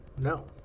No